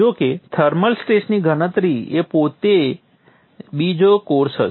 જો કે થર્મલ સ્ટ્રેસની ગણતરી એ પોતે જ બીજો કોર્સ હશે